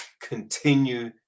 continue